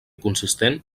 consistent